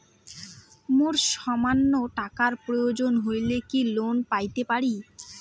মোর সামান্য টাকার প্রয়োজন হইলে কি লোন পাইতে পারি?